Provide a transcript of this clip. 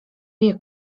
wie